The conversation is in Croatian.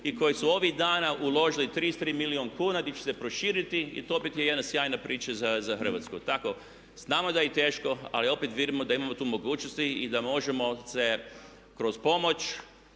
i koje su ovih dana uložili 33 milijuna kuna di će se proširiti i to je opet jedna sjajna priča za Hrvatsku. Tako, znamo da je teško ali opet vidimo da imamo tu mogućnosti i da možemo se kroz pomoć